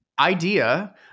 Idea